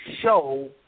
show